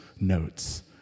notes